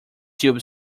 tube